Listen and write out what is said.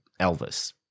Elvis